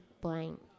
blank